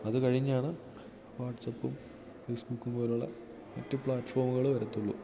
അത് കഴിഞ്ഞാണ് വാട്സപ്പും ഫേസ്ബുക്കും പോലുള്ള മറ്റു പ്ലാറ്റ്ഫോമുകൾ വരുത്തുള്ളൂ